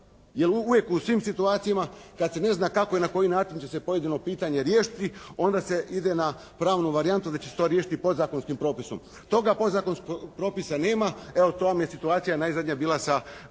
jer uvijek u svim situacijama kada se ne zna kako i na koji način će se pojedino pitanje riješiti onda se ide na pravnu varijantu da će se to riješiti podzakonskim propisom. Toga podzakonskoga propisa nema, evo to vam je situacija najzadnja bila